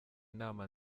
inama